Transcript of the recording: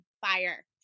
fire